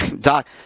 Doc